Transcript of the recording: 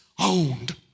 owned